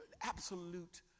absolute